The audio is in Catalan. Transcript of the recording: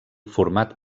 format